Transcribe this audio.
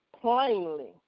plainly